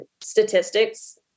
statistics